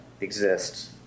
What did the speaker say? exists